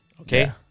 Okay